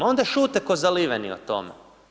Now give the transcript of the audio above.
Onda šute kao zaliveni o tome.